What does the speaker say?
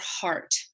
heart